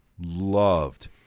loved